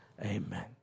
Amen